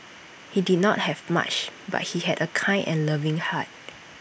he did not have much but he had A kind and loving heart